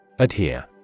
Adhere